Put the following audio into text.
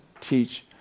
teach